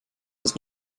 das